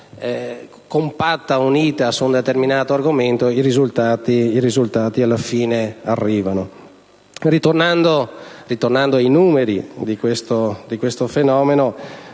compatta ed unita su un determinato argomento, i risultati alla fine arrivano. Ritornando ai numeri del fenomeno